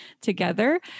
together